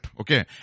okay